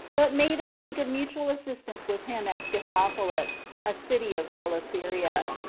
but made a league of mutual assistance with him at scythopolis, a city of celesyria.